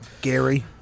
Gary